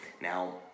Now